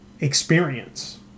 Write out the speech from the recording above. experience